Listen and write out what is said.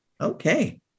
Okay